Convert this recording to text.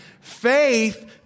Faith